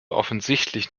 offensichtlich